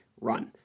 run